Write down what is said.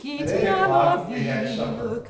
at eight o'clock we had supper.